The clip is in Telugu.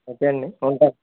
ఓకే అండి ఉంటాను